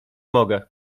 mogę